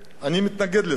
אני מתנגד לזה.